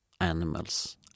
animals